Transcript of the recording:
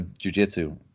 jujitsu